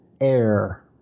Air